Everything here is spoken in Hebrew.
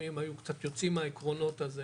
לאומיים היו קצת יוצאים מהעקרונות על זה,